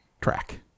track